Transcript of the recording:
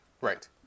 Right